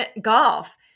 golf